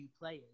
players